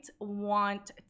want